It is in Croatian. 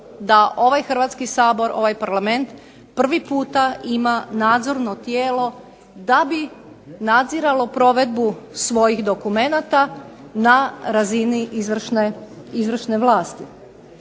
da ovaj Hrvatski sabor, ovaj Parlament prvi puta ima nadzorno tijelo da bi nadziralo provedbu svojih dokumenata na razini izvršne vlasti.